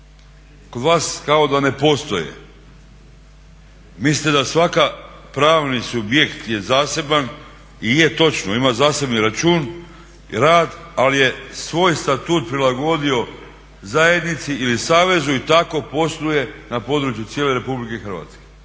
kod vas kao da ne postoje. Mislite da svaki pravni subjekt je zaseban i je točno, ima zasebni račun i rad ali je svoj statut prilagodio zajednici ili savezu i tako posluje na području cijele Republike Hrvatske.